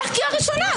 איך קריאה ראשונה?